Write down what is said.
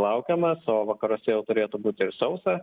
laukiamas o vakaruose jau turėtų būti ir sausa